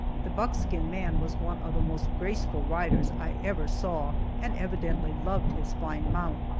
the buckskin man was one of the most graceful riders i ever saw, and evidently loved his fine mount,